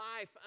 life